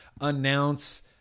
announce